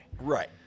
Right